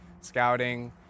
scouting